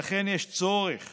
לכן, יש צורך